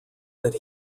that